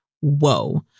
Whoa